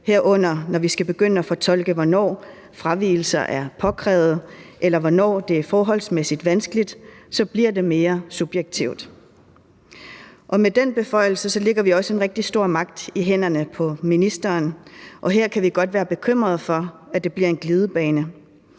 herunder når vi skal begynde at fortolke, hvornår fravigelser er påkrævet, eller hvornår det er forholdsmæssigt vanskeligt, så bliver det mere subjektivt, og med den beføjelse lægger vi også en rigtig stor magt i hænderne på ministeren, og her kan vi godt være bekymret for, at det bliver en glidebane.